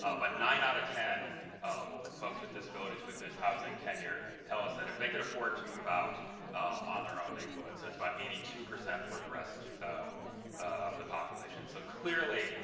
ah but nine out of ten folks with disabilities with this housing tenure tell us that if they can afford to move out on their own, they would. that's about eighty two percent for the rest of the population. so clearly,